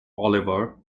oliver